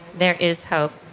there is hope.